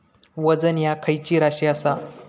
वजन ह्या खैची राशी असा?